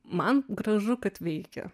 man gražu kad veikia